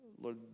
Lord